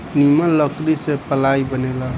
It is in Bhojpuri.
निमन लकड़ी से पालाइ बनेला